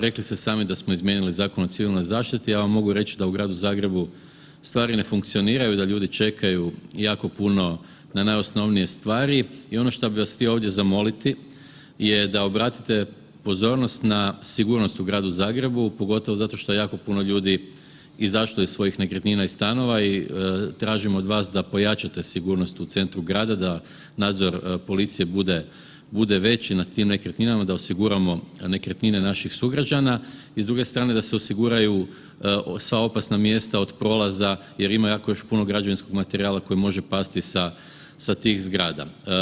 Rekli ste sami da smo izmijenili Zakon o civilnoj zaštiti, ja vam mogu reći da u Gradu Zagrebu stvari ne funkcioniraju, da ljudi čekaju jako puno na najosnovnije stvari i ono šta bih vas htio ovdje zamoliti je da obratite pozornost na sigurnost u Gradu Zagrebu, pogotovo zato što je jako puno ljudi izašlo iz svojih nekretnina i stanova i tražim od vas da pojačate sigurnost u centru grada da nadzor policije bude veći nad tim nekretninama, da osiguramo nekretnine naših sugrađana i s druge strane da se osiguraju sva opasna mjesta od prolaza jer ima jako još puno građevinskog materijala koji može pasti sa tih zgrada.